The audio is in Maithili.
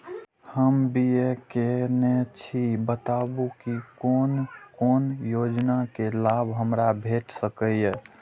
हम बी.ए केनै छी बताबु की कोन कोन योजना के लाभ हमरा भेट सकै ये?